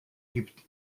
gibt